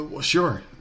sure